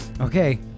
okay